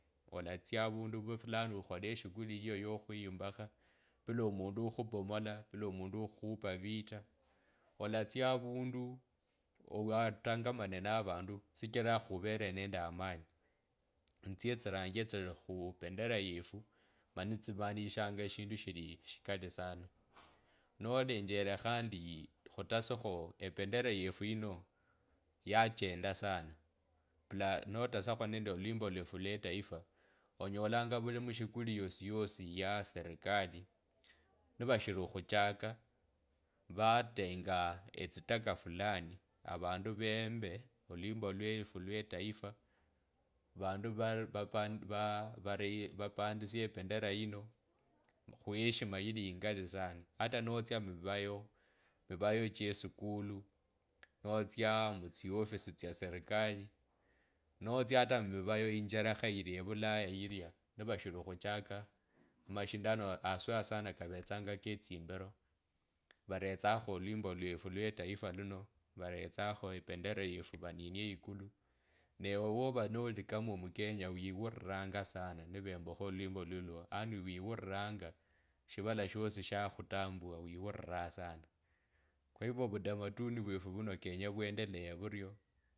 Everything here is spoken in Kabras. Olatsia avundu vufulani okhole eshukuli yeuwo ya nkhuimbisha pula omundu okhukhubemola. omundu okhukhupa vita olatsiya avundu ooh wa tangamane na vandu shichila khuvele nende amani nitsyo tsiranji tsili khupendera yefu mani tsimaanisha eshindu shili eshikali sana. Nolinjele khandi khutesakho ependera yetu ino yachenda sana. Pla notesekho nende olwimbo lwefu lwe tayifa onyolanga vulimushukulukulukulukuli yosiyosi ya serikali nivashili. okhuchaka vatenga aah etsitaka fulani avandu vembe olwimbo lwewef yosiyosi ya serikali nivashili. okhuchaka vatenga aah etsitaka fulani avandu vembe olwimbo lwewef yosiyosi ya serikali nivashili. okhuchaka vatenga aah etsitaka fulani avandu vembe olwimbo lwewefu lwe taifa vanda vapa vaa varaii vapandishe ependenda yino khueshima yili ingali sana. Yosiyosi ya serikali nivashili. okhuchaka vatenga aah etsitaka fulani avandu vembe olwimbo lwewefu lwe taifa vanda vapa vaa varaii vapandishe ependenda yino khueshima ya serikali nivashili. okhuchaka vatenga aah etsitaka fulani avandu vembe olwimbo lwewefu lwe taifa vanda vapa vaa varaii vapandishe ependenda yino khueshima yili ingali sana. Hata notsia mumivayo mivayo che sukuli. notsia mutsi ofisi tsa serekali. notsiya hata mumivayo injerekha ilia. evulaya ili nivashili khuchaka mashindano haswa sana kavetsanga ke tsimbilo varetsakho olwimbo lwefu iwe taifa luno varetsakho ependera yefu vaninie ikulu newe wowa noli kama mukenya wiwuriranga sana nivembakho olwimbo lulwo yani wiwuriranga shivala shosi shakhutumbuwa wiwuriranga sana kwa hivyo ovatamaduni mwewefu vuno kenya vyendeluye vunoo.